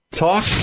Talk